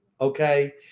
okay